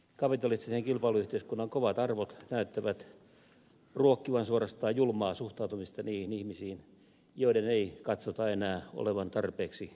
kapitalistisen kilpailuyhteiskunnan kovat arvot näyttävät ruokkivan suorastaan julmaa suhtautumista niihin ihmisiin joiden ei katsota enää olevan tarpeeksi hyödyllisiä